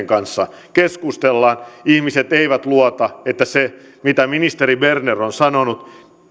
kanssa keskustellaan ihmiset eivät luota että siinä mitä ministeri berner on sanonut